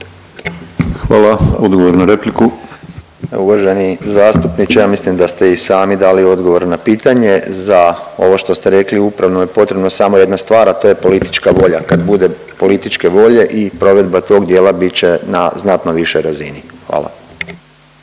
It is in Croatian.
**Piližota, Boris (SDP)** Uvaženi zastupniče, ja mislim da ste i sami dali odgovor na pitanje za ovo što ste rekli, upravo je potrebno samo jedna stvar, a to je samo politička volja, kad bude političke volje i provedba tog dijela bit će na znatno višoj razini. Hvala.